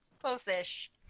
Close-ish